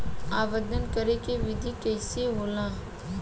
आवेदन करे के विधि कइसे होला?